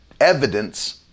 evidence